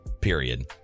Period